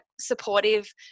supportive